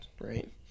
right